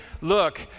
look